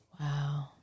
Wow